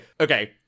okay